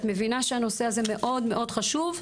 את מבינה שהנושא הזה מאוד מאוד חשוב,